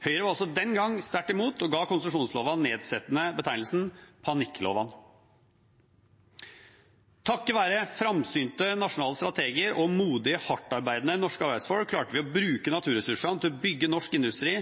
Høyre var også den gang sterkt imot og ga konsesjonslovene den nedsettende betegnelsen «panikklovene». Takket være framsynte nasjonale strateger og modige, hardtarbeidende norske arbeidsfolk klarte vi å bruke naturressursene til å bygge norsk industri